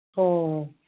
ꯑꯣ